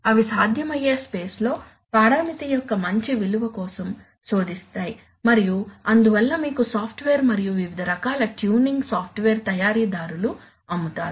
అవి సాధ్యమయ్యే స్పేస్ లో పరామితి యొక్క మంచి విలువ కోసం శోధిస్తాయి మరియు అందువల్ల మీకు సాఫ్ట్వేర్ మరియు వివిధ రకాల ట్యూనింగ్ సాఫ్ట్వేర్ తయారీదారులు అమ్ముతారు